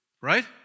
right